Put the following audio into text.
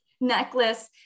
necklace